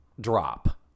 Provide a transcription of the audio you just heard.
drop